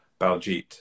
Baljeet